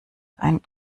ein